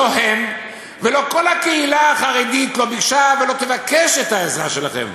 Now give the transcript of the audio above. לא הם ולא כל הקהילה החרדית לא ביקשה ולא תבקש את העזרה שלכם.